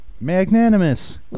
Magnanimous